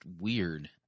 weird